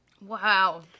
wow